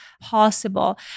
possible